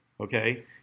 Okay